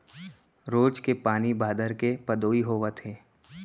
रोज के पानी बादर के पदोई होवत हे